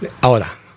Ahora